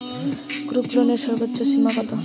গ্রুপলোনের সর্বোচ্চ সীমা কত?